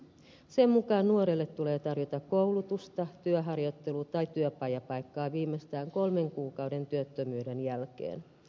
sen mukaan nuorelle tulee tarjota koulutusta työharjoittelu tai työpajapaikkaa viimeistään kolmen kuukauden työttömyyden jälkeen